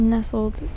Nestled